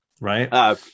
right